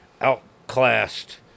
outclassed